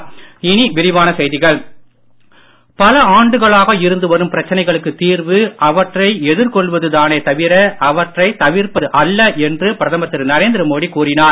பிரதமர் மோடி பல ஆண்டுகளாக இருந்து வரும் பிரச்சனைகளுக்கு தீர்வு அவற்றை எதிர்கொள்வது தானே தவிர அவற்றை தவிர்ப்பது அல்ல என்று பிரதமர் திரு நரேந்திர மோடி கூறினார்